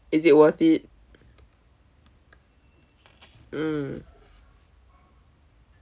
is it worth it mm